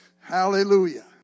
Hallelujah